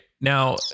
Now